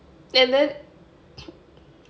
and then